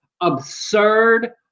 absurd